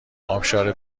ابشار